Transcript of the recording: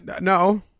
No